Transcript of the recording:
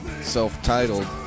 Self-titled